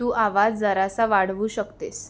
तू आवाज जरासा वाढवू शकतेस